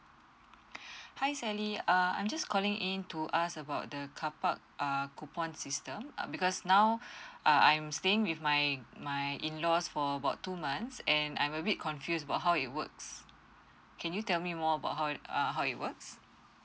hi sally err I'm just calling in to ask about the carpark err coupon system err because now err I'm staying with my my in laws for about two months and I'm a bit confused about how it works can you tell me more about how err how it works